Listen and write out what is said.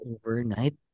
Overnight